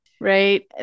Right